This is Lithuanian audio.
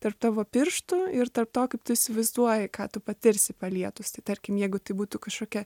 tarp tavo pirštų ir tarp to kaip tu įsivaizduoji ką tu patirsi palietusi tarkim jeigu tai būtų kažkokia